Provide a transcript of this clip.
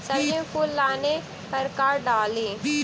सब्जी मे फूल आने पर का डाली?